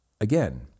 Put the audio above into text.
Again